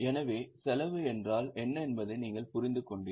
எனவே செலவு என்றால் என்ன என்பதை நீங்கள் புரிந்து கொண்டீர்கள்